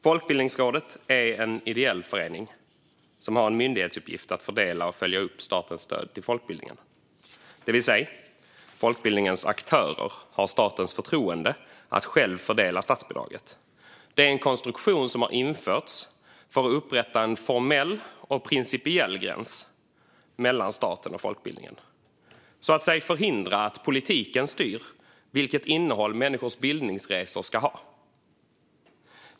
Folkbildningsrådet är en ideell förening som har en myndighetsuppgift att fördela och följa upp statens stöd till folkbildningen. Folkbildningens aktörer har alltså statens förtroende att själva fördela statsbidraget. Detta är en konstruktion som har införts för att upprätta en formell och principiell gräns mellan staten och folkbildningen och för att, så att säga, förhindra att politiken styr vilket innehåll människors bildningsresor ska ha.